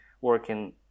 working